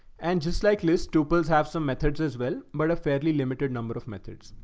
and just like list two pills, have some methods as well, but a fairly limited number of methods.